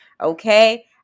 Okay